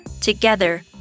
Together